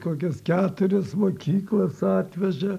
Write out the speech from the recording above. kokias keturias mokyklas atveža